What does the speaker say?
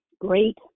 great